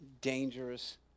dangerous